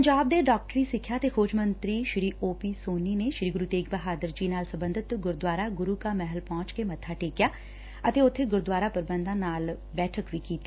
ਪੰਜਾਬ ਦੇ ਡਾਕਟਰੀ ਸਿੱਖਿਆ ਤੇ ਖੋਜ ਮੰਤਰੀ ਓ ਪੀ ਸੋਨੀ ਨੇ ਸ੍ਰੀ ਗੁਰੂ ਤੇਗ ਬਹਾਦਰ ਨਾਲ ਸਬੰਧਤ ਗੁਰਦੁਆਰਾ ਗੁਰੁ ਕਾ ਮਹਿਲ ਪਹੁੰਚ ਕੇ ਮੱਬਾ ਟੇਕਿਆ ਅਤੇ ਉਥੇ ਗੁਰਦੁਆਰਾ ਪ੍ਰਬੰਧਕਾਂ ਨਾਲ ਬੈਠਕ ਵੀ ਕੀਤੀ